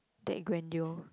that grandeur